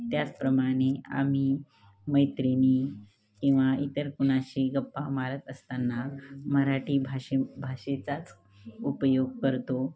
त्याचप्रमाणे आम्ही मैत्रिणी किंवा इतर कुणाशी गप्पा मारत असताना मराठी भाषे भाषेचाच उपयोग करतो